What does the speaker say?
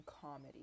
comedy